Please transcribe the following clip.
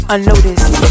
Unnoticed